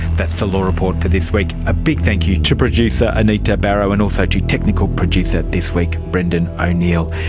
that's the law report for this week. a big thank you to producer anita barraud and also to technical producer this week brendan o'neill.